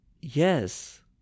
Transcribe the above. yes